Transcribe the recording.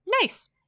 Nice